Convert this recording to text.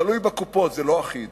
תלוי בקופות, זה לא אחיד.